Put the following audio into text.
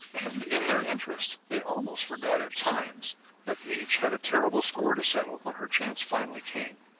and in their interest they almost forgot at times that each had a terrible score to settle when her chance finally came.